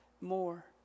more